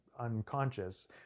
unconscious